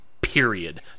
Period